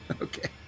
Okay